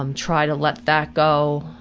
um try to let that go.